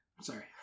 Sorry